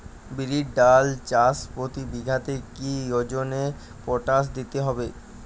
বিরির ডাল চাষ প্রতি বিঘাতে কি ওজনে পটাশ দিতে হবে?